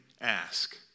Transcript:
ask